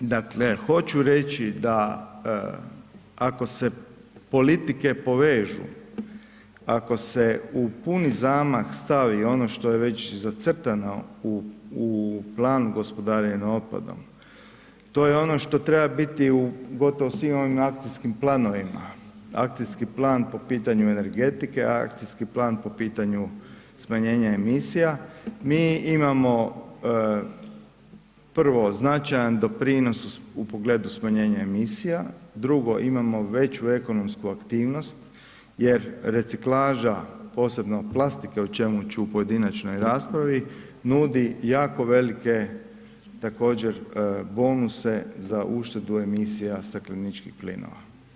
Dakle hoću reći da ako se politike povežu, ako se u puno zamah stavi ono što je već zacrtano u planu gospodarenja otpadom, to je ono što treba biti u gotovo svim ovim akcijskim planovima, akcijski plan po pitanju energetike, akcijski plan po pitanju smanjenja emisija, mi imamo prvo značajan doprinos u pogledu smanjenja emisija, drugo, imamo veću ekonomsku aktivnost jer reciklaža posebno plastike u čemu ću u pojedinačnoj raspravi, nudi jako velike također bonuse za uštedu emisija stakleničkih plinova.